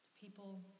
People